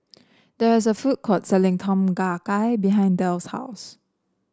there is a food court selling Tom Kha Gai behind Del's house